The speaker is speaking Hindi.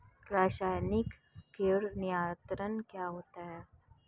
रसायनिक कीट नियंत्रण क्या होता है?